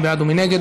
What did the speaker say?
מי בעד ומי נגד?